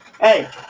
Hey